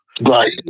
Right